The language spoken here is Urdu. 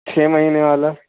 چھ مہینے والا